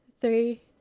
Three